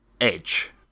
Edge